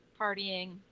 partying